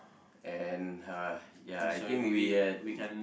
and uh ya I think we had